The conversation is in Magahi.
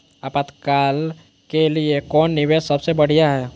आपातकाल के लिए कौन निवेस सबसे बढ़िया है?